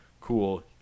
Cool